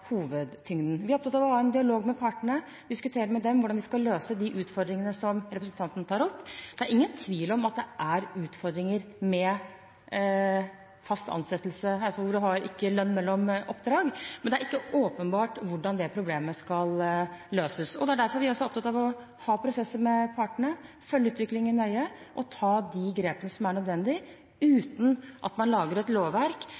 hovedtyngden. Vi er opptatt av å ha en dialog med partene, diskutere med dem hvordan vi skal løse de utfordringene som representanten tar opp. Det er ingen tvil om at det er utfordringer der hvor man ikke har lønn mellom oppdrag, men det er ikke åpenbart hvordan det problemet skal løses. Det er derfor vi også er opptatt av å ha prosesser med partene, følge utviklingen nøye og ta de grepene som er nødvendig, uten at man lager et lovverk